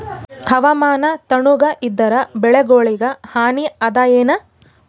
ಹವಾಮಾನ ತಣುಗ ಇದರ ಬೆಳೆಗೊಳಿಗ ಹಾನಿ ಅದಾಯೇನ?